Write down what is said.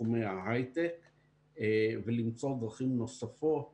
בתחומי ההיי-טק ולמצוא דרכים נוספות